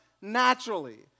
naturally